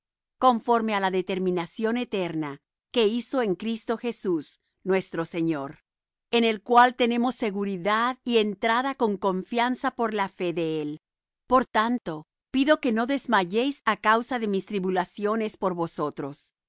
conforme á la determinación eterna que hizo en cristo jesús nuestro señor en el cual tenemos seguridad y entrada con confianza por la fe de él por tanto pido que no desmayéis á causa de mis tribulaciones por vosotros